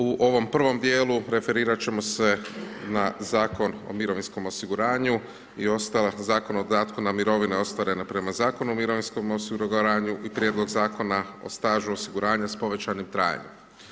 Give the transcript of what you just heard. U ovom prvom djelu referirat ćemo se na Zakon o mirovinskom osiguranju i ostalo Zakon o dodatku na mirovine ostvarene prema Zakonu o mirovinskom osiguranju i prijedlog Zakona o stažu osiguranja s povećanim trajanjem.